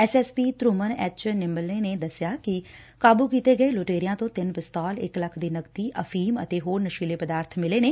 S S P Dhruman H Nimbale ਨੇ ਦਸਿਆ ਕਿ ਕਾਬੂ ਕੀਤੇ ਗਏ ਲੁਟੇਰਿਆ ਤੋਂ ਤਿੰਨ ਪਿਸਤੌਲ ਇਕ ਲੱਖ ਦੀ ਨਕਦੀ ਅਫ਼ੀਮ ਅਤੇ ਹੋਰ ਨਸ਼ੀਲੇ ਪਦਾਰਥ ਮਿਲੇ ਨੇ